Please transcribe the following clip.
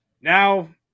Now